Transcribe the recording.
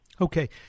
Okay